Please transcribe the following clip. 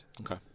okay